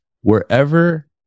wherever